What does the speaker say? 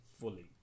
fully